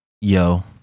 Yo